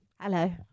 Hello